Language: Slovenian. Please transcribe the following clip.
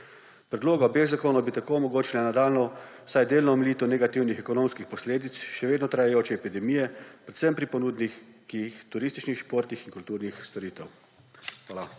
Predloga obeh zakonov bi tako omogočila nadaljnjo, vsaj delno omilitev negativnih ekonomskih posledic še vedno trajajoče epidemije predvsem pri ponudnikih turističnih, športih in kulturnih storitev. Hvala.